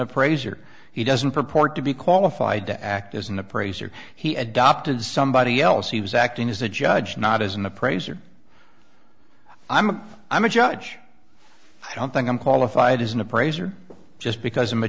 appraiser he doesn't purport to be qualified to act as an appraiser he adopted somebody else he was acting as a judge not as an appraiser i'm a i'm a judge i don't think i'm qualified as an appraiser just because i'm a